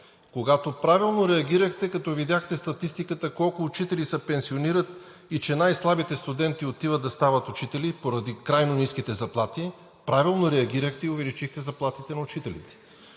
когато правилно реагирахте, като видяхте статистиката колко учители се пенсионират и че най-слабите студенти отиват да стават учители поради крайно ниските заплати, правилно реагирахте и увеличихте заплатите на учителите.